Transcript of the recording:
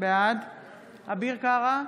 בעד אביר קארה,